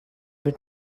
bir